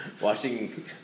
watching